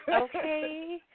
Okay